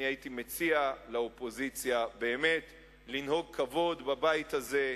הייתי מציע לאופוזיציה לנהוג כבוד בבית הזה,